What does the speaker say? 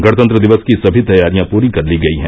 गणतंत्र दिवस की सभी तैयारियां पूरी कर ली गयी हैं